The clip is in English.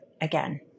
again